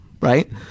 right